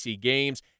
games